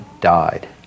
died